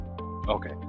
Okay